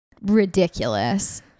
ridiculous